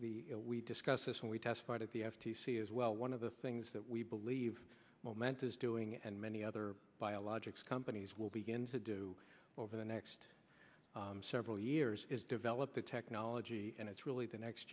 we we discussed this and we testified at the f t c as well one of the things that we believe momentous doing and many other biologics companies will begin to do over the next several years is develop the technology and it's really the next